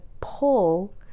pull